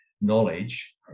knowledge